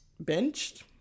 benched